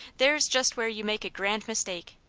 there s just where you make a grand mis take.